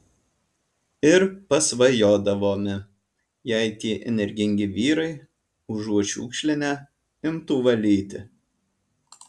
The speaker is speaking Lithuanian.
ir pasvajodavome jei tie energingi vyrai užuot šiukšlinę imtų valyti